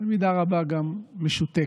במידה רבה גם משותקת.